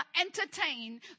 entertain